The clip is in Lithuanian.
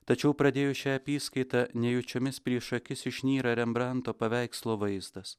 tačiau pradėjus šią apyskaitą nejučiomis prieš akis išnyra rembranto paveikslo vaizdas